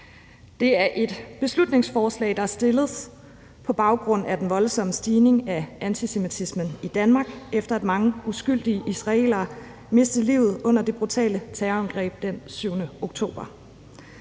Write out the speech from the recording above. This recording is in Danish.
Det er et beslutningsforslag, der er fremsat på baggrund af den voldsomme stigning i antisemitismen i Danmark, efter at mange uskyldige israelere og mistede livet under det brutale terrorangreb den 7. oktober.